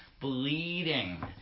bleeding